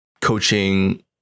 coaching